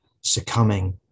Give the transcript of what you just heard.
succumbing